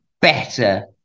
better